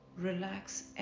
relax